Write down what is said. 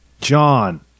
John